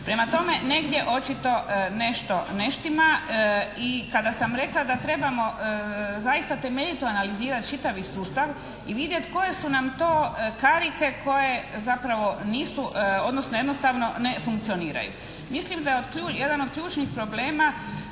Prema tome, negdje očito nešto ne štima i kada sam rekla da trebamo zaista temeljito analizirati čitavi sustav i vidjet koje su nam to karike koje zapravo nisu, odnosno jednostavno ne funkcioniraju. Mislim da je tu jedan od ključnih problema